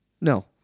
No